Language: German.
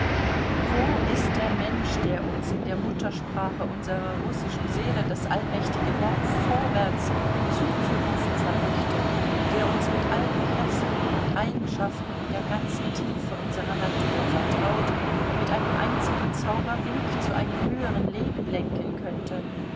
wo ist der mensch der uns in der muttersprache unserer russischen seele das allmächtige wort vorwärts zuzurufen vermöchte der uns mit allen kräften und eigenschaften und der ganzen tiefe unserer natur vertraut mit einem einzigen zauberwink zu einem höheren leben lenken könnte